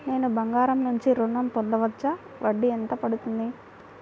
నేను బంగారం నుండి ఋణం పొందవచ్చా? వడ్డీ ఎంత పడుతుంది?